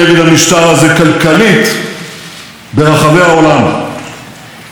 זוהי ההזדמנות להודות שוב לנשיא טראמפ על החלטתו הנועזת